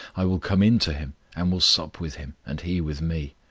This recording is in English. i will come in to him, and will sup with him, and he with me.